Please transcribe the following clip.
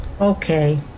Okay